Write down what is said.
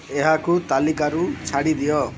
ଏହାକୁ ତାଲିକାରୁ ଛାଡ଼ିଦିଅ